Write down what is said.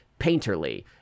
painterly